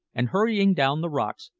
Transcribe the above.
and hurrying down the rocks,